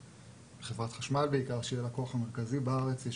בחברת חשמל בעיקר שהיא הלקוח המרכזי בארץ יש